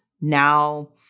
now